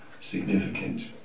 significant